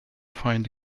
find